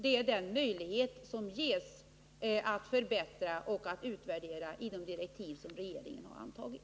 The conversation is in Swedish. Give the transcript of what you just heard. Det är denna möjlighet att förbättra och utvärdera som ges i de direktiv regeringen antagit.